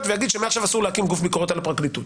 ויגיד שמעכשיו אסור להקים גוף ביקורת על הפרקליטות.